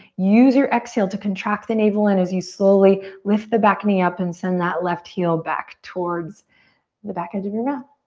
use your exhale to contract the navel in as you slowly lift the back knee up and send that left heel back towards the back edge of your mat.